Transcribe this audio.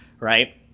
right